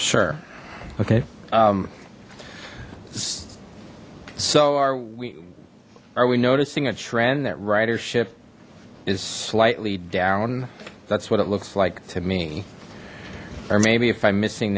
sure okay so are we are we noticing a trend that ridership is slightly down that's what it looks like to me or maybe if i'm missing